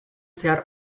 zehar